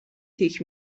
تیک